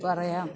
പറയാം